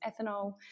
ethanol